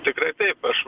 tikrai taip aš